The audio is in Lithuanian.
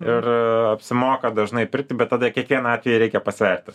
ir apsimoka dažnai pirkti bet tada kiekvieną atvejį reikia pasverti